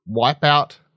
Wipeout